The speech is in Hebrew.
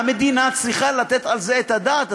והמדינה צריכה לתת על זה את הדעת.